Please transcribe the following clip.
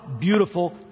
beautiful